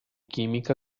química